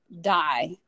die